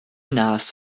nás